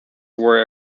were